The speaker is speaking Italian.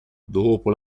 dopo